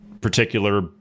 particular